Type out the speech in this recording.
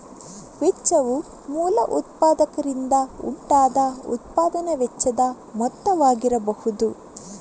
ವೆಚ್ಚವು ಮೂಲ ಉತ್ಪಾದಕರಿಂದ ಉಂಟಾದ ಉತ್ಪಾದನಾ ವೆಚ್ಚದ ಮೊತ್ತವಾಗಿರಬಹುದು